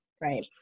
right